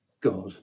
God